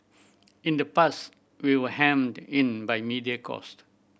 in the past we were hemmed in by media cost